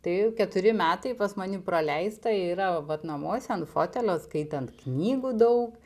tai keturi metai pas mane praleista yra vat namuose ant fotelio skaitant knygų daug